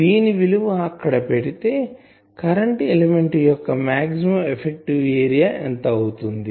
దీని విలువ అక్కడ పెడితే కరెంటు ఎలిమెంట్ యొక్క మాక్సిమం ఎఫెక్టివ్ ఏరియా ఎంత అవుతుంది